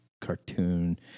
Cartoon